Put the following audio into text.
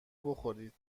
بخورید